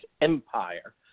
empire